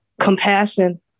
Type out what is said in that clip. compassion